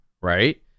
right